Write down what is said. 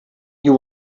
you